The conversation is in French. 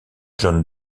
john